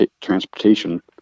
transportation